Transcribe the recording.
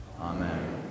Amen